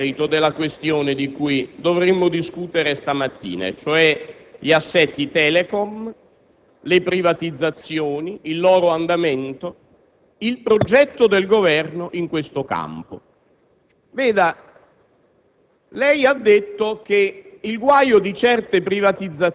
celebre piano, ma entro nel merito della questione di cui dovremmo discutere stamattina, e cioè gli assetti Telecom, le privatizzazioni, il loro andamento, il progetto del Governo in questo campo. Lei